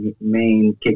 main